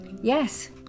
Yes